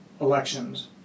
elections